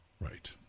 Right